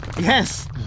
Yes